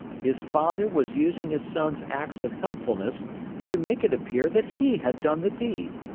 his father was using his son's acts of helpfulness to make it appear that he had done the deed.